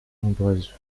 nombreuses